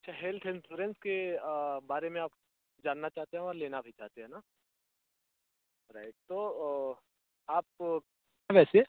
अच्छा health insurance के बारे में आप जानना चाहते हैं और लेना भी चाहते हैं ना राइट तो आप वैसे